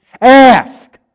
Ask